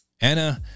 Anna